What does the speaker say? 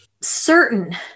certain